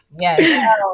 Yes